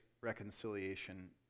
reconciliation